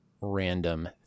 random